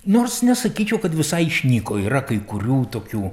nors nesakyčiau kad visai išnyko yra kai kurių tokių